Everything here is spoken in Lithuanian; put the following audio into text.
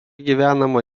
gyvenama